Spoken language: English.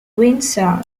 windsor